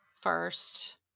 first